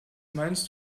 meinst